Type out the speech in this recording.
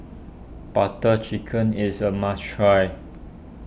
Butter Chicken is a must try